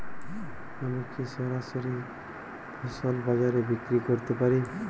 আমি কি সরাসরি ফসল বাজারে বিক্রি করতে পারি?